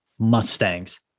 Mustangs